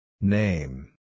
Name